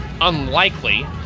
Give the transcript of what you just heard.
unlikely